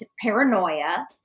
paranoia